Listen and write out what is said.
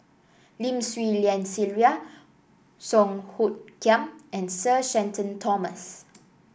Lim Swee Lian Sylvia Song Hoot Kiam and Sir Shenton Thomas